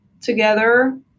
together